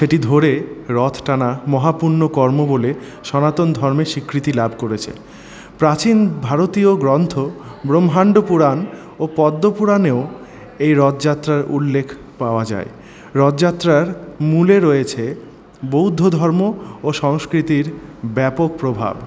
সেটি ধরে রথ টানা মহা পুণ্য কর্ম বলে সনাতন ধর্মে স্বীকৃতি লাভ করেছে প্রাচীন ভারতীয় গ্রন্থ ব্রহ্মাণ্ড পুরাণ ও পদ্ম পুরাণেও এই রথ যাত্রার উল্লেখ পাওয়া যায় রথযাত্রার মূলে রয়েছে বৌদ্ধ ধর্ম ও সংস্কৃতির ব্যাপক প্রভাব